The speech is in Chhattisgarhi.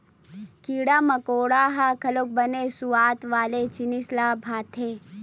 कीरा मकोरा ल घलोक बने सुवाद वाला जिनिस ह भाथे